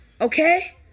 Okay